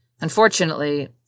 Unfortunately